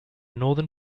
northern